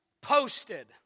posted